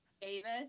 Davis